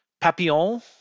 Papillon